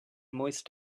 moist